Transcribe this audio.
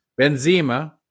Benzema